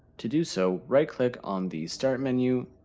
to do so right-click on the start menu,